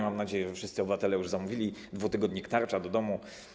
Mam nadzieję, że wszyscy obywatele już zamówili dwutygodnik: tarcza do domu.